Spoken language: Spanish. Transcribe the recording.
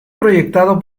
proyectado